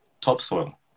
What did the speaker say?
topsoil